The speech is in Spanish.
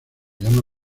llama